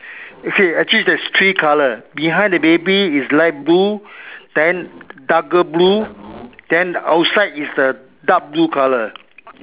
okay actually there's three colour behind the baby is light blue then darker blue then outside is the dark blue colour